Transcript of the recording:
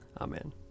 Amen